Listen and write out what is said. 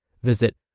Visit